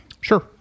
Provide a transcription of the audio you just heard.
Sure